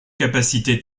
capacités